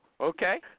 okay